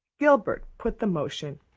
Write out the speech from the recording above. gilbert put the motion,